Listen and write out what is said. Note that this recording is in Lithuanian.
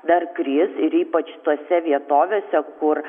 dar kris ir ypač tose vietovėse kur